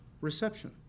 reception